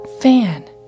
fan